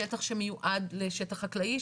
שטח שמיועד לשטח חקלאי,